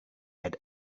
had